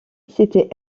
c’était